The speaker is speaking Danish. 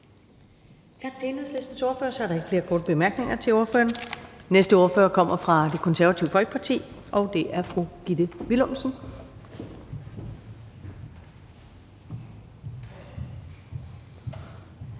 Tak til Enhedslistens ordfører. Så er der ikke flere korte bemærkninger til ordføreren. Den næste ordfører kommer fra Det Konservative Folkeparti, og det er fru Gitte Willumsen.